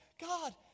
God